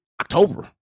October